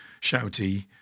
shouty